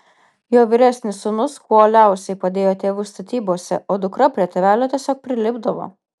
jo vyresnis sūnus kuo uoliausiai padėjo tėvui statybose o dukra prie tėvelio tiesiog prilipdavo